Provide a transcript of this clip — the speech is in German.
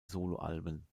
soloalben